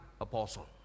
apostle